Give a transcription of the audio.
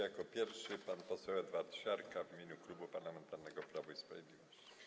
Jako pierwszy pan poseł Edward Siarka w imieniu Klubu Parlamentarnego Prawo i Sprawiedliwość.